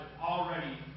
already